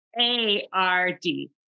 A-R-D